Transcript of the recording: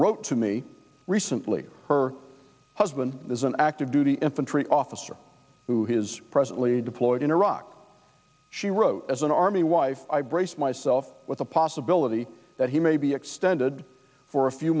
wrote to me recently her husband is an active duty infantry officer who has presently deployed in iraq she wrote as an army wife i braced myself with the possibility that he may be extended for a few